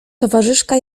towarzyszka